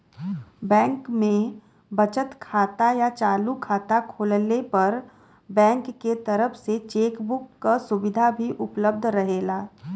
bank में बचत खाता या चालू खाता खोलले पर बैंक के तरफ से चेक बुक क सुविधा भी उपलब्ध रहेला